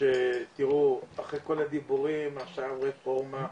אחרי כל הדיבורים, הרפורמה,